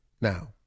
Now